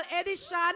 Edition